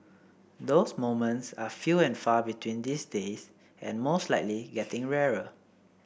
those moments are few and far between these days and most likely getting rarer